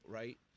right